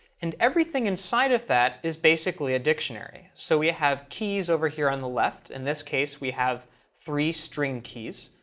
and everything inside of that is basically a dictionary. so we have keys over here on the left. in this case, we have three string keys,